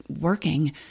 working